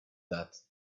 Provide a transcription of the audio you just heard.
that